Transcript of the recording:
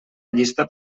llista